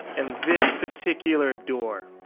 and this particular door.